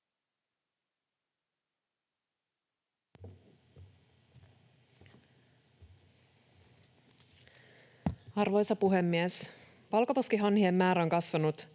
Arvoisa puhemies! Valkoposkihanhien määrä on kasvanut